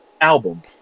album